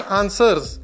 answers